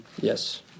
Yes